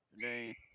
today